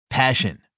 Passion